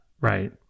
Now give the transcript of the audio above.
right